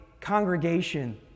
congregation